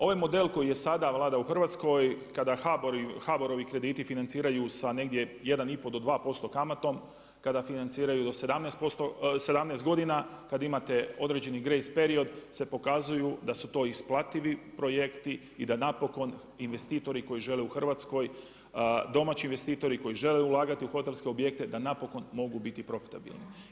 Ovaj model koji je sada, vlada u Hrvatskoj, kada HBOR-ovi krediti financiraju sa negdje 1 i pol do 25 kamatom, kada financiraju do 17 godina, kad imate određeni grace period, se pokazuju da su to isplativi projekti i da napokon investitori koji žele u Hrvatskoj, domaći investitori koji žele ulagati u hotelske objekte, da napokon mogu biti profitabilni.